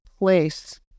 place